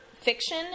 fiction